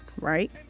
right